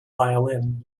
violin